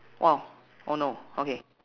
!wow! oh no okay